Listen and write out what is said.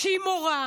שהיא מורה,